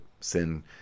Sin